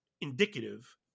indicative